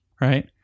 right